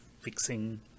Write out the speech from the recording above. fixing